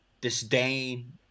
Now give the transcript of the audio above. disdain